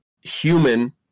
human